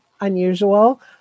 unusual